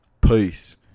Peace